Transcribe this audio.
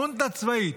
חונטה צבאית,